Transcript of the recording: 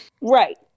right